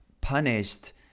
punished